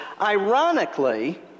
ironically